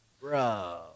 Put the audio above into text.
Bro